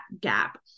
gap